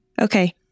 Okay